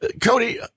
Cody